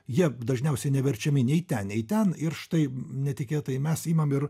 jie dažniausiai neverčiami nei ten nei ten ir štai netikėtai mes imam ir